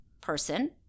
person